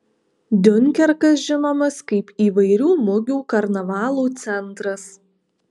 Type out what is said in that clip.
diunkerkas žinomas kaip įvairių mugių karnavalų centras